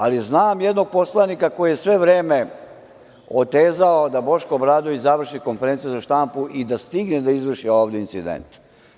Ali, znam jednog poslanika koji je sve vreme otezao da Boško Obradović završi konferenciju za štampu i da stigne da izvrši ovde incident.